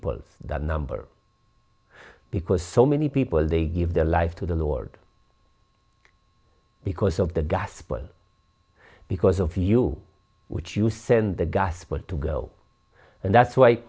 e that number because so many people they gave their life to the lord because of the gospel because of you which you send the gospel to go and that's why